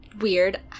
weird